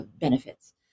benefits